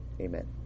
Amen